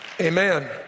Amen